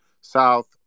south